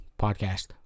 podcast